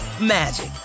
magic